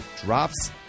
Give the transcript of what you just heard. drops